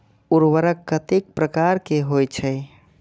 उर्वरक कतेक प्रकार के होई छै?